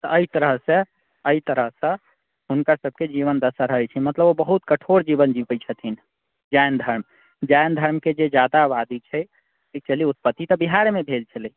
तऽ एहि तरहसँ एहि तरहसँ हुनका सभकेँ जीवन बसर होइत छै एहि तरहसँ मतलब ओ बहुत कठोर जीवन जिबैत छथिन जैन धर्म जैन धर्मके जे जातावादी छै एक्चुअली उत्पत्ति तऽ बिहारमे भेल छलै